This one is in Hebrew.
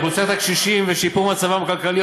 אוכלוסיית הקשישים ושיפור מצבם הכלכלי